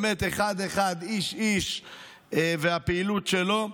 באמת אחד-אחד, איש-איש והפעילות שלו.